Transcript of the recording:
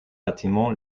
bâtiments